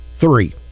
Three